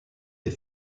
des